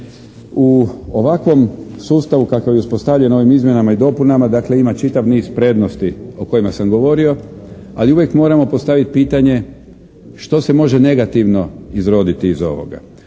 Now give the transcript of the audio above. U ovakvom sustavu kakav je uspostavljen u ovim izmjenama i dopunama, dakle, ima čitav niz prednosti o kojima sam govorio, ali uvijek moramo postaviti pitanje što se može negativno izroditi iz ovoga.